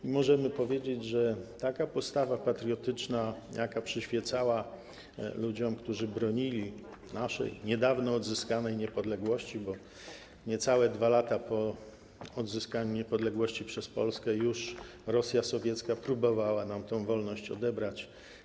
I możemy powiedzieć, że taka postawa patriotyczna, jaka przyświecała ludziom, którzy bronili naszej, niedawno odzyskanej, niepodległości, bo niecałe 2 lata po odzyskaniu niepodległości przez Polskę Rosja sowiecka już próbowała nam tę wolność odebrać.